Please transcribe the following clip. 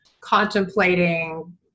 contemplating